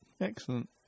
Excellent